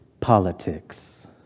politics